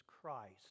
Christ